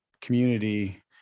community